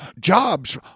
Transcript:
jobs